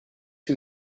who